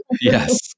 Yes